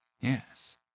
Yes